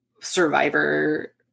survivor